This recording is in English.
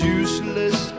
useless